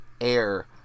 air